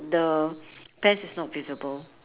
the pants is not visible